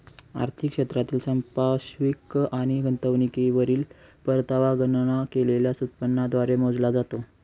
आर्थिक क्षेत्रातील संपार्श्विक आणि गुंतवणुकीवरील परतावा गणना केलेल्या उत्पन्नाद्वारे मोजला जातो